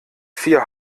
vier